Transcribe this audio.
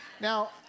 Now